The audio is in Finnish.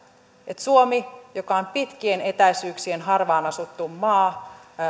että suomi joka on pitkien etäisyyksien harvaan asuttu maa